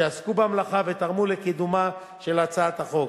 שעסקו במלאכה ותרמו לקידומה של הצעת החוק.